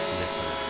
listen